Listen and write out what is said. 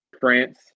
France